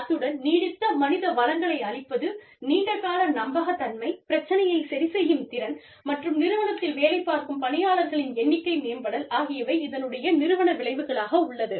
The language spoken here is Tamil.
அத்துடன் நீடித்த மனித வளங்களை அளிப்பது நீண்ட கால நம்பகத்தன்மை பிரச்சனையைச் சரிசெய்யும் திறன் மற்றும் நிறுவனத்தில் வேலைப்பார்க்கும் பணியாளர்களின் எண்ணிக்கை மேம்படல் ஆகியவை இதனுடைய நிறுவன விளைவுகளாக உள்ளது